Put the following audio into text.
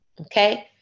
okay